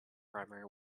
primary